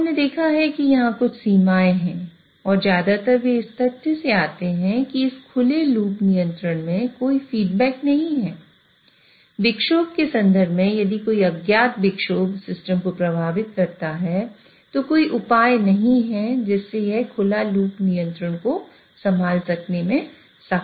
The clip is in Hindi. अब हमने देखा है कि यहां कुछ सीमाएँ हैं और ज्यादातर वे इस तथ्य से आते हैं कि इस खुले लूप नियंत्रण में कोई फीडबैक नहीं है विक्षोभ के संदर्भ में यदि कोई अज्ञात विक्षोभ सिस्टम को प्रभावित करता है तो कोई उपाय नहीं है जिससे यह खुला लूप नियंत्रण को संभाल सकने में सक्षम होगा